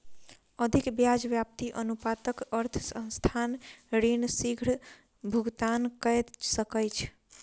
अधिक ब्याज व्याप्ति अनुपातक अर्थ संस्थान ऋण शीग्र भुगतान कय सकैछ